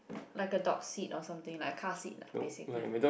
like a dog seat or something like a car seat lah basically